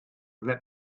let